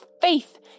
faith